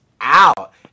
out